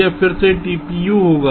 यह फिर से tpU होगा